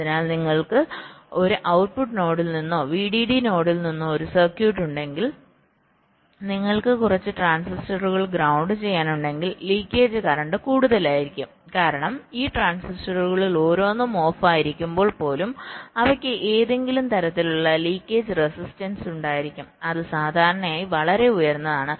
അതിനാൽ നിങ്ങൾക്ക് ഒരു ഔട്ട്പുട്ട് നോഡിൽ നിന്നോ VDD നോഡിൽ നിന്നോ ഒരു സർക്യൂട്ട് ഉണ്ടെങ്കിൽ നിങ്ങൾക്ക് കുറച്ച് ട്രാൻസിസ്റ്ററുകൾ ഗ്രൌണ്ട് ചെയ്യാൻ ഉണ്ടെങ്കിൽ ലീക്കേജ് കറന്റ് കൂടുതലായിരിക്കും കാരണം ഈ ട്രാൻസിസ്റ്ററുകളിൽ ഓരോന്നും ഓഫായിരിക്കുമ്പോൾ പോലും അവയ്ക്ക് ഏതെങ്കിലും തരത്തിലുള്ള ലീക്കേജ് റെസിസ്റ്റൻസ് ഉണ്ടായിരിക്കും അത് സാധാരണയായി വളരെ ഉയർന്നതാണ്